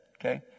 okay